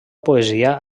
poesia